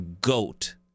goat